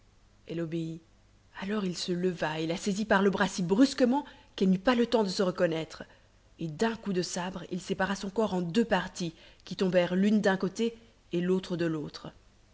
elle obéit alors il se leva et la saisit par le bras si brusquement qu'elle n'eut pas le temps de se reconnaître et d'un coup de sabre il sépara son corps en deux parties qui tombèrent l'une d'un côté et l'autre de l'autre